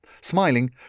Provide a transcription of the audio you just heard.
Smiling